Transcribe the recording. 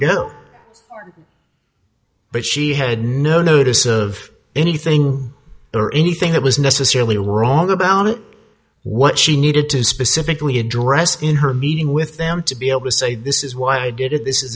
go but she had no notice of anything or anything that was necessarily wrong about it what she needed to specifically address in her meeting with them to be able to say this is why i did it this is